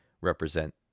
represent